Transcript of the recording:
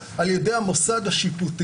למי יש אינטרס להוציא ספין כזה?